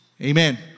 Amen